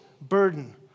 burden